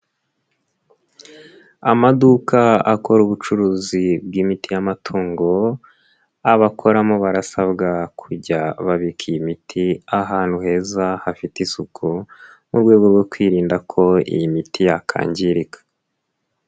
Amaduka akora ubucuruzi bw'imiti y'amatungo abakoramo barasabwa kujya babika iyi imiti ahantu heza hafite isuku mu rwego rwo kwirinda ko iyi miti yakangirika.